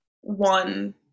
one